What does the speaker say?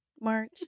March